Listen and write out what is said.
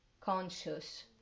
conscious